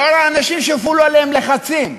לנוכח האנשים שהופעלו עליהם לחצים,